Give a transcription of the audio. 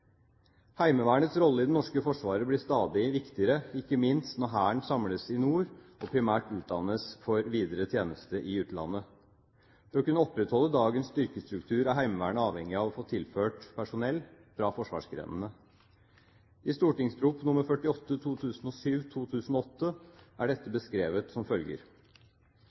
Heimevernets rolle i det norske forsvaret blir stadig viktigere, ikke minst når Hæren samles i nord og primært utdannes for videre tjeneste i utlandet. For å kunne opprettholde dagens styrkestruktur er Heimevernet avhengig av å få tilført personell fra forsvarsgrenene. I St.prp. nr. 48 for 2007–2008 er dette beskrevet som følger: